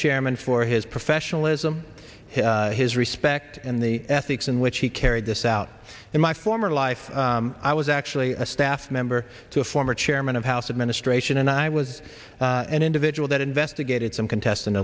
chairman for his professionalism his respect and the ethics in which he carried this out in my former life i was actually a staff member to a former chairman of house administration and i was an individual that investigated some contest